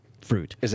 fruit